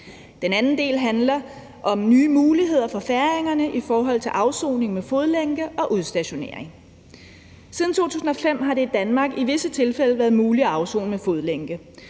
Den anden del handler om nye muligheder for færingerne for afsoning med fodlænke og udstationering. Siden 2005 har det i Danmark i visse tilfælde været muligt at afsone med fodlænke.